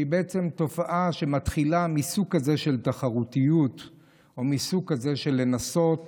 שהיא בעצם תופעה שמתחילה מסוג כזה של תחרותיות או מסוג כזה של לנסות